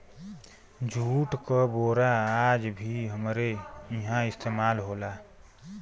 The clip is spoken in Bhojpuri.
जूट क बोरा आज भी हमरे इहां इस्तेमाल होला